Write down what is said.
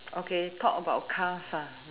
okay talk about cars ah